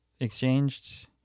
exchanged